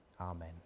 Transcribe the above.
Amen